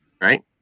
right